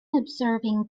observing